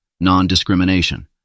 Non-discrimination